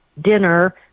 dinner